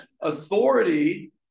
Authority